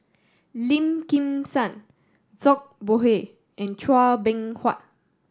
Lim Kim San Zhang Bohe and Chua Beng Huat